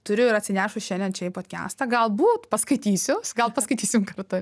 turiu ir atsinešus šiandien čia į podkiastą galbūt paskaitysiu gal paskaitysim kartu